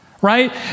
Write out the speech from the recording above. Right